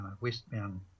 westbound